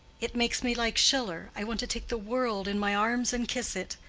it makes me like schiller i want to take the world in my arms and kiss it.